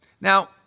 Now